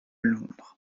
londres